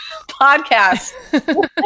podcast